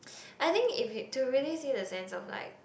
I think if you to really see the sense of like